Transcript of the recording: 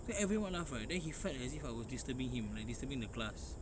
so everyone laugh right then he fret as if I was disturbing him like disturbing the class